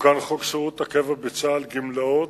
תוקן חוק שירות הקבע בצה"ל (גמלאות),